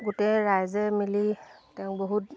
গোটেই ৰাইজে মিলি তেওঁক বহুত